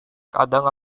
kadang